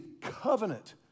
covenant